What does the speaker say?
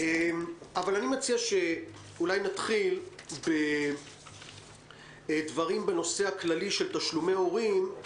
אני מציע שאולי נתחיל בדברים בנושא הכללי של תשלומי הורים.